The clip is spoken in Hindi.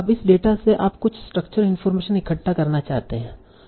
अब इस डेटा से आप कुछ स्ट्रक्चर इनफार्मेशन इकट्ठा करना चाहते हैं